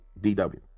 DW